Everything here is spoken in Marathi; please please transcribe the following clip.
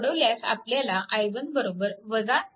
सोडवल्यास आपल्याला i1 3